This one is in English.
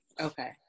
Okay